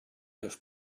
have